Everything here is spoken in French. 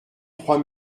trois